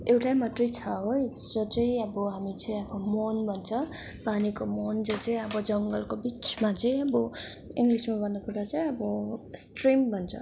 एउटै मात्रै छ हो जो चाहिँ अब हामी चाहिँ मुहान भन्छ पानीको मुहान जो चाहिँ अब जङ्गलको बिचमा चाहिँ अब इङ्लिसमा भन्नु पर्दा चाहिँ अब स्ट्रिम भन्छ